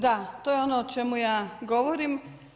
Da to je ono o čemu ja govorim.